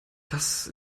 das